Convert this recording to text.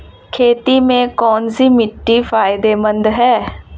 खेती में कौनसी मिट्टी फायदेमंद है?